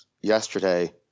yesterday